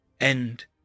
End